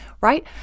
right